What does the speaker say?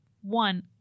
one